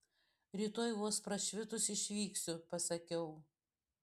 rytoj vos prašvitus išvyksiu pasakiau